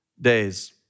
days